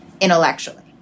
intellectually